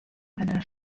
einer